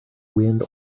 wind